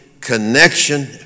connection